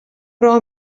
راه